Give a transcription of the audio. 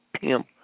pimp